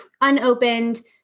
unopened